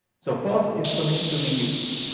so first is the permission to reuse.